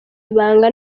ibanga